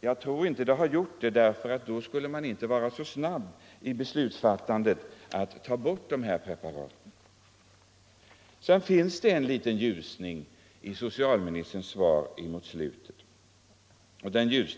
Jag tror inte det, för då skulle man inte ha varit så snabb vid beslutsfattandet att ta bort de här preparaten. Det finns en liten ljusning i slutet av socialministerns svar. Jag tänker då på